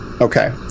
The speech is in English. Okay